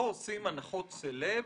לא עושים הנחות סלב,